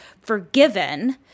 forgiven